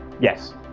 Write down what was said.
Yes